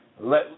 Let